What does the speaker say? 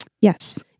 Yes